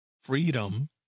Freedom